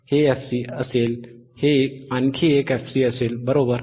हे fc असेल हे आणखी एक fc असेल बरोबर